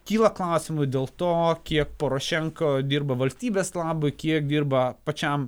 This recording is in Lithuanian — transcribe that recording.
kyla klausimų dėl to kiek porošenko dirba valstybės labui kiek dirba pačiam